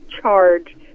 charge